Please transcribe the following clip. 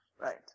Right